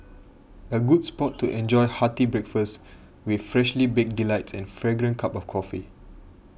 a good spot to enjoy hearty breakfast with freshly baked delights and fragrant cup of coffee